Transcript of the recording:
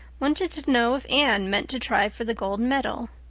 wanted to know if anne meant to try for the gold medal.